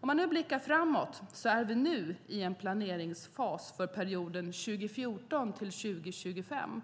Om man blickar framåt är vi nu i en planeringsfas för perioden 2014-2025.